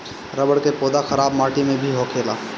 रबड़ के पौधा खराब माटी में भी होखेला